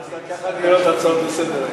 כך נראות הצעות לסדר-היום.